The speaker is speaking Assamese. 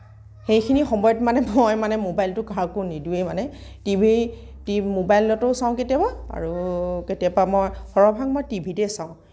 সেইখিনি সময়ত মই মানে মোবাইলটো কাকো নিদিওঁৱেই মানে টিভি মোবাইলতো চাওঁ কেতিয়াবা আৰু কেতিয়াবা মই সৰহভাগ মই টিভিতেই চাওঁ